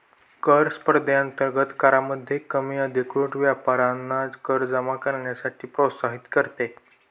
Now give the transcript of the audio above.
कर स्पर्धेअंतर्गत करामध्ये कमी अधिकृत व्यापाऱ्यांना कर जमा करण्यासाठी प्रोत्साहित करते